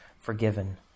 forgiven